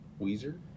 Weezer